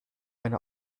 eine